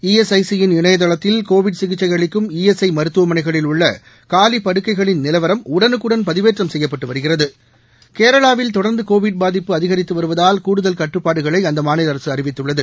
ESIC யின் இணையதளத்தில் Covid சிகிச்சை அளிக்கும் இஎஸ்ஐ மருத்துவமனைகளில் உள்ள காலி படுக்கைகளின் நிலவரம் உடனுக்குடன் பதிவேற்றம் செய்யப்பட்டு வருகிறது கேரளாவில் தொடர்ந்து கோவிட் பாதிப்பு அதிகரித்து வருவதால் கூடுதல் கட்டுப்பாடுகளை அந்த மாநில அரசு அறிவித்துள்ளது